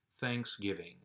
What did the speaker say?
thanksgiving